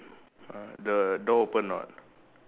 uh the door open or not